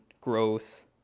growth